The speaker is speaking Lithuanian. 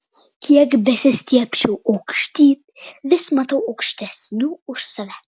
kiek besistiebčiau aukštyn vis matau aukštesnių už save